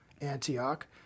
Antioch